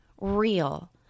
real